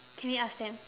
can we ask them